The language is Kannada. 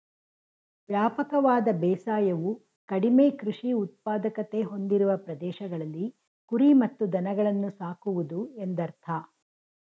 ವ್ಯಾಪಕವಾದ ಬೇಸಾಯವು ಕಡಿಮೆ ಕೃಷಿ ಉತ್ಪಾದಕತೆ ಹೊಂದಿರುವ ಪ್ರದೇಶಗಳಲ್ಲಿ ಕುರಿ ಮತ್ತು ದನಗಳನ್ನು ಸಾಕುವುದು ಎಂದರ್ಥ